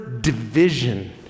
division